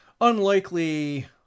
unlikely